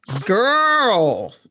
girl